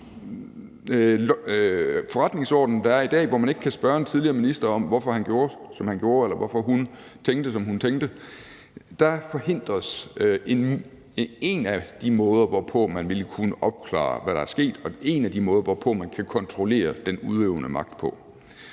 forretningsorden, der er i dag, hvor man ikke kan spørge en tidligere minister om, hvorfor han gjorde, som han gjorde, eller hvorfor hun tænkte, som hun tænkte, forhindres en af de måder, hvorpå man ville kunne opklare, hvad der er sket, og en af de måder, hvorpå man kan kontrollere den udøvende magt.